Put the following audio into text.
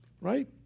Right